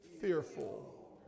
fearful